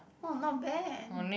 oh not bad